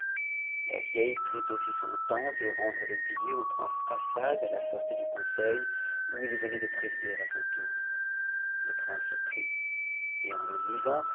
la vieille prit aussi son temps de rendre le billet au prince assad a h sortie du conseil où il venait de présider à son tour le prince le prit p en le lisant